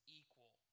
equal